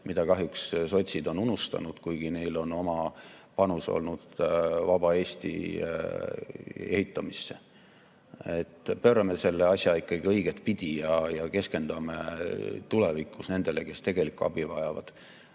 mille kahjuks sotsid on unustanud, kuigi neil on oma panus olnud vaba Eesti ehitamisse. Pöörame selle asja ikkagi õiget pidi ja keskendume tulevikus nendele, kes tegelikult abi vajavad.